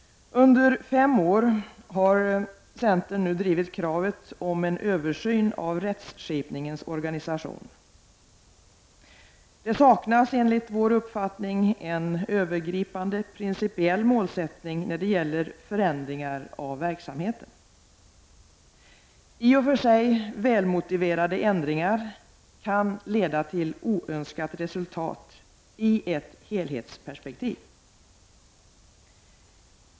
Under fem år har centern drivit kravet om en översyn av rättsskipningens organisation. Det saknas enligt vår uppfattning en övergripande principiell målsättning när det gäller förändringar av verksamheten. I och för sig välmotiverade ändringar kan leda till oönskat resultat i ett helhetsperspektiv.